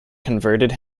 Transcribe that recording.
converted